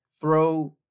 throw